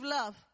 love